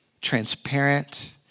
transparent